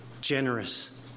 generous